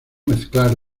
mezclar